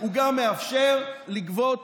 גם מאפשר לגבות